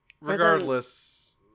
regardless